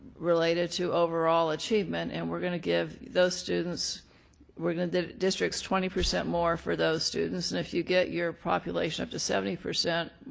related to overall achievement and we're going to give those students we're going to give districts twenty percent more for those students, and if you get your population up to seventy percent,